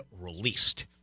released